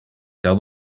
tell